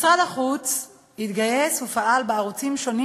משרד החוץ התגייס ופעל בערוצים שונים